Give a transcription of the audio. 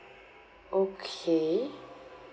okay